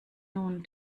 nun